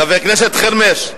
חבר הכנסת חרמש,